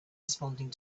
responding